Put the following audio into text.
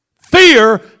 Fear